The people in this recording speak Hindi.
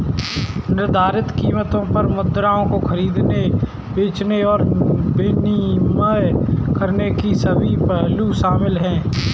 निर्धारित कीमतों पर मुद्राओं को खरीदने, बेचने और विनिमय करने के सभी पहलू शामिल हैं